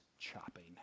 chopping